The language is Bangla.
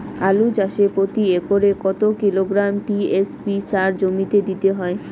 আলু চাষে প্রতি একরে কত কিলোগ্রাম টি.এস.পি সার জমিতে দিতে হয়?